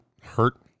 hurt